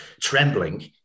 trembling